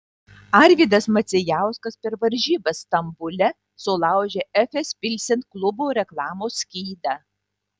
arvydas macijauskas per varžybas stambule sulaužė efes pilsen klubo reklamos skydą